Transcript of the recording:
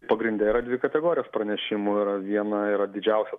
pagrinde yra dvi kategorijos pranešimų ir viena yra didžiausia